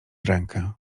rękę